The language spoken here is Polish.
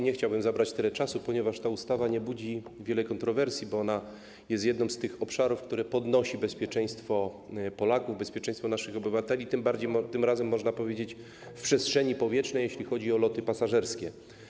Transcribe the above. Nie chciałbym zabrać tyle czasu, ponieważ ta ustawa nie budzi wiele kontrowersji, bo jest jednym z tych obszarów, który podnosi bezpieczeństwo Polaków, bezpieczeństwo naszych obywateli, tym razem można powiedzieć w przestrzeni powietrznej, jeśli chodzi o loty pasażerskie.